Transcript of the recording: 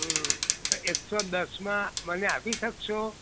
હં તો એકસો દસમાં મને આપી શકશો